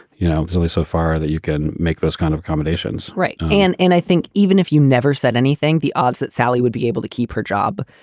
you know, it's only so far that you can make those kind of accommodations. right and and i think even if you never said anything, the odds that sally would be able to keep her job.